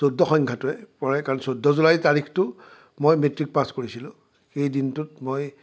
চৈধ্য সংখ্যাটোৱে পৰে কাৰণ চৈধ্য জুলাই তাৰিখটো মই মেট্ৰিক পাছ কৰিছিলোঁ এই দিনটোত মই